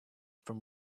from